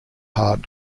hard